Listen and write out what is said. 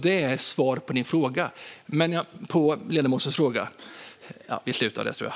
Det är svar på ledamotens fråga.